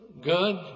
good